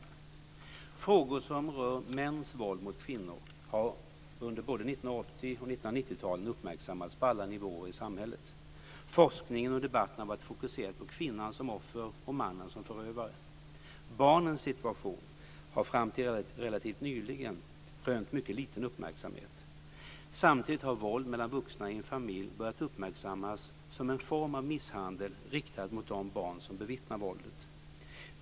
Frågor som rör mäns våld mot kvinnor har under både 1980 och 1990-talen uppmärksammats på alla nivåer i samhället. Forskningen och debatten har varit fokuserad på kvinnan som offer och mannen som förövare. Barnens situation har fram till relativt nyligen rönt mycket liten uppmärksamhet. Samtidigt har våld mellan vuxna i en familj börjat uppmärksammas som en form av misshandel riktad mot de barn som bevittnar våldet.